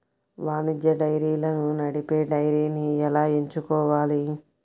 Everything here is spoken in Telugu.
వాణిజ్య డైరీలను నడిపే డైరీని ఎలా ఎంచుకోవాలి?